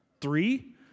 three